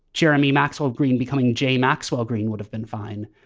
jeremy maxwell green becoming j. maxwell green would have been fine.